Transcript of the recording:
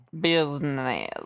Business